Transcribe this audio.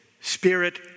spirit